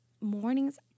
mornings